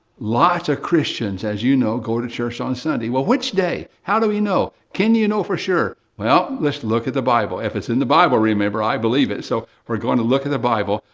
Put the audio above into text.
lots of christians, as you know, go to church on sunday. well, which day? how do we know? can you know for sure? well, let's look at the bible. if it's in the bible, remember, i believe it. so, we're going to look at the bible,